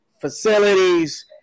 facilities